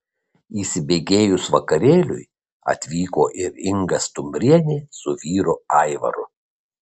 įsibėgėjus vakarėliui atvyko ir inga stumbrienė su vyru aivaru